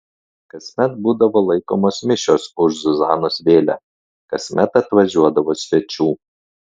kasmet būdavo laikomos mišios už zuzanos vėlę kasmet atvažiuodavo svečių